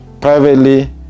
Privately